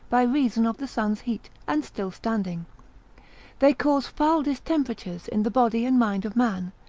by reason of the sun's heat, and still-standing they cause foul distemperatures in the body and mind of man,